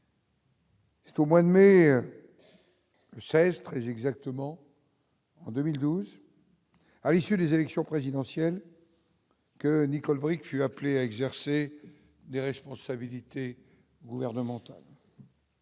C'est au mois de mai 16 très exactement en 2012, à l'issue des élections présidentielles. Que Nicole Bricq fut appelé à exercer des responsabilités gouvernementales.